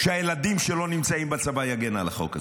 שהילדים שלו נמצאים בצבא יגן על החוק הזה?